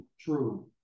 True